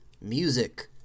music